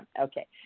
Okay